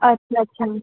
अच्छा अच्छा